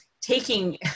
taking